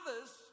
others